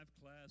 class